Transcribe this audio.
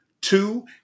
Two